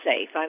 safe